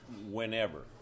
whenever